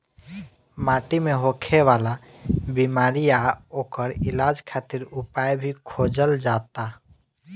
माटी मे होखे वाला बिमारी आ ओकर इलाज खातिर उपाय भी खोजल जाता